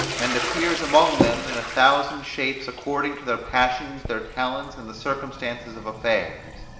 and appears among them in a thousand shapes according to their passions, their talents, and the circumstances of affairs.